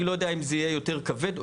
אני לא יודע אם זה יהיה יותר כבר או